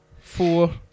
four